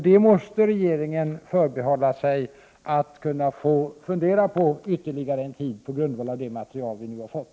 Detta måste regeringen förbehålla sig rätten att få fundera på ytterligare en tid på grundval av det material vi nu har fått.